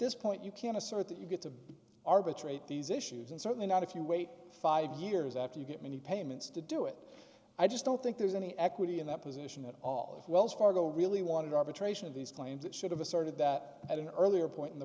this point you can assert that you get to arbitrate these issues and certainly not if you wait five years after you get many payments to do it i just don't think there's any equity in that position at all if wells fargo really wanted arbitration of these claims it should have asserted that at an earlier point in the